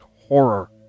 horror